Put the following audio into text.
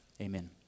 Amen